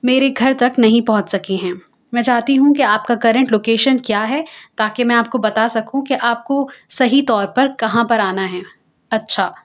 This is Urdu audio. میرے گھر تک نہیں پہنچ سکے ہیں میں چاہتی ہوں کہ آپ کا کرنٹ لوکیشن کیا ہے تاکہ میں آپ کو بتا سکوں کہ آپ کو صحیح طور پر کہاں پر آنا ہے اچھا